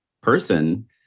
person